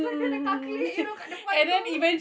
kita orang kena calculate you know kat depan tu